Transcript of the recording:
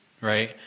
right